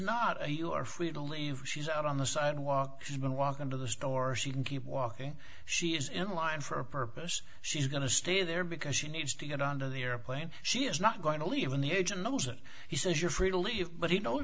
not a you are free to leave she's out on the sidewalk she's been walking to the store she can keep walking she is in line for a purpose she's going to stay there because she needs to get on the airplane she is not going to leave in the age and the reason he says you're free to leave but you know